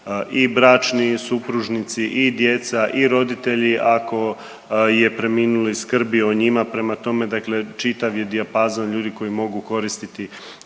i bračni supružnici i djeca i roditelji ako je preminuli skrbio o njima, prema tome dakle čitav je dijapazon ljudi koji mogu koristiti